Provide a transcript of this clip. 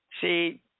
See